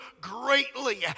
greatly